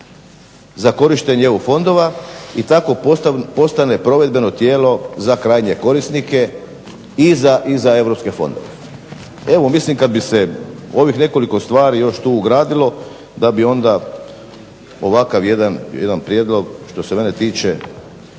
za korištenje EU fondova i tako postane provedbeno tijelo za krajnje korisnike i za europske fondove. Evo mislim kad bi se ovih nekoliko stvari još tu ugradilo da bi onda ovakav jedan prijedlog što se mene tiče